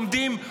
עומדים,